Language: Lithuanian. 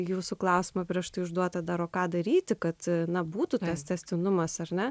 jūsų klausimą prieš tai užduotą daro ką daryti kad nebūtų tas tęstinumas ar na